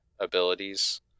abilities